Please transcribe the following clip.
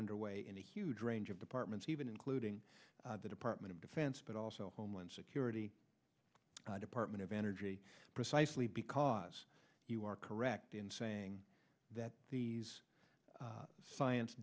underway and a huge range of departments even including the department of defense but also homeland security department of energy precisely because you are correct in saying that these science